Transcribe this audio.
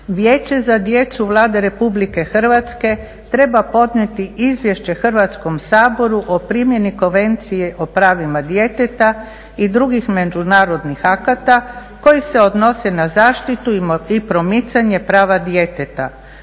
Vijeće za djecu Vlade RH treba podnijeti izvješće Hrvatskom saboru o primjeni Konvencije o pravima djeteta i drugih međunarodnih akata koji se odnose na zaštitu i promicanje prava djeteta